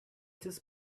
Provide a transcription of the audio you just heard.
this